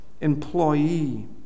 employee